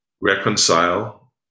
reconcile